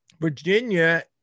Virginia